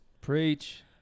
Preach